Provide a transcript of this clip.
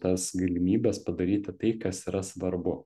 tas galimybes padaryti tai kas yra svarbu